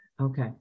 Okay